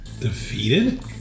defeated